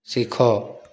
ଶିଖ